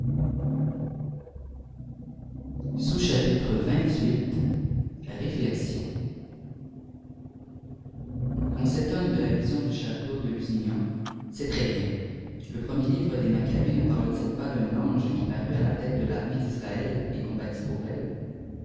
réflexions qu'on s'étonne de la vision du château de lusiçnan c'est très bien le premier livre des machabées ne parle t u pas d'un ange qui prut à la tète de l'armée d'israël et combattit pour elle